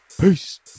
Peace